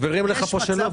אבל מסבירים לך פה שלא,